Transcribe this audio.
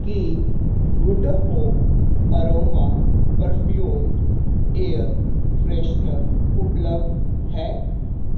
ਕੀ good home aroma perfume air freshener ਉਪਲਬਧ ਹੈ